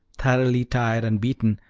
thoroughly tired and beaten,